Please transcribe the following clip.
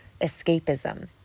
escapism